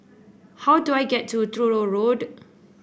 how do I get to Truro Road